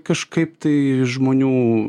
kažkaip tai žmonių